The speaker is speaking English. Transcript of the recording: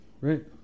Right